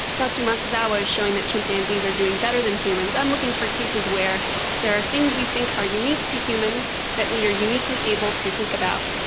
but matsuzawa is showing that chimpanzees are doing better than humans. i'm looking for cases where there are things we think are unique to humans that we are uniquely able to think about,